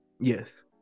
Yes